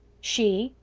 she,